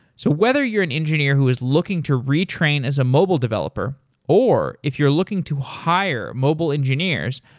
so whether you're an engineer who's looking to retrain as a mobile developer or if you're looking to hire mobile engineers,